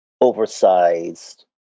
oversized